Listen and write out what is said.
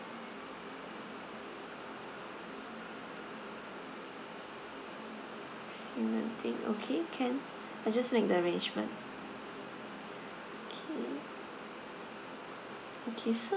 s~ nothing okay can I'll just make the arrangement okay okay so